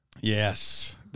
Yes